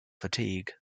fatigue